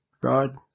God